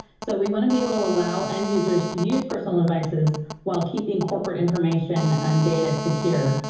so we want to be able to allow end users to use personal devices while keeping corporate information and data secure.